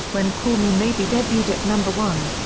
when call me maybe debuted at number one.